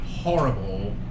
horrible